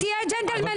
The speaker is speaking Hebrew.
תהיה ג'נטלמן,